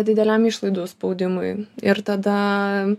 dideliam išlaidų spaudimui ir tada